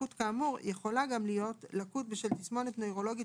לקות כאמור יכולה גם להיות לקות בשל תסמונת נוירולוגית